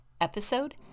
episode